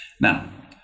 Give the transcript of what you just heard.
Now